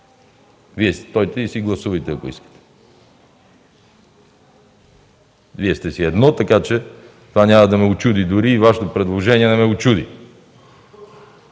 Вие си стойте и си гласувайте, ако искате. Вие сте си едно, така че това няма да ме учуди, дори Вашето предложение не ме учуди.